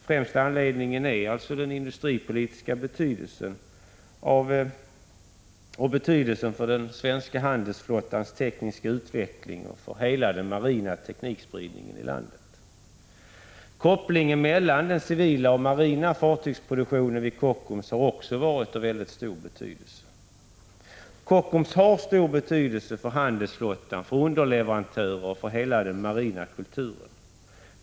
Främsta anledningen är varvets industripoli 45 tiska betydelse samt betydelsen för den svenska handelsflottans tekniska utveckling och för hela den marina teknikspridningen i landet. Också kopplingen mellan den civila och marina fartygsproduktionen vid Kockums har varit av stor vikt. Kockums har stor betydelse för handelsflottan, för underleverantörer och för hela den marina kulturen.